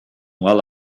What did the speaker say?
while